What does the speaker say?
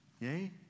Yay